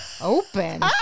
open